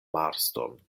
marston